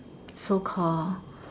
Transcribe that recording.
so call